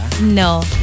No